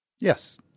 Yes